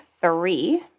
three